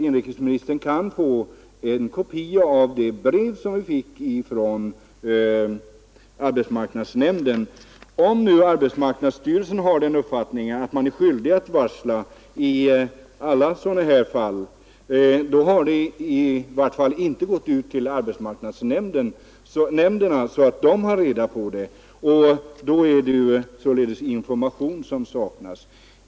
Inrikesministern kan få en kopia av det brev som vi fick från arbetsmark nadsnämnden. Om nu arbetsmarknadsstyrelsen har den uppfattningen att man är skyldig att varsla i alla sådana fall, så har denna uppfattning i varje fall inte kommit till arbetsmarknadsnämndens kännedom. I så fall är det information som saknas.